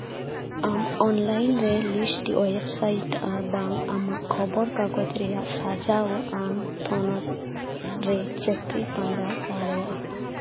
ᱟᱢ ᱚᱱᱞᱟᱭᱤᱱ ᱨᱮ list website ᱟᱨᱵᱟᱝ ᱟᱢᱟᱜ ᱠᱷᱚᱵᱚᱨ ᱠᱟᱜᱚᱡᱽ ᱨᱮᱭᱟᱜ ᱥᱟᱡᱟᱣᱟᱱ ᱛᱷᱚᱱᱚᱛ ᱨᱮ ᱪᱟᱹᱠᱨᱤ ᱯᱟᱸᱡᱟ ᱫᱟᱲᱮᱭᱟᱜᱼᱟ